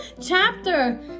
chapter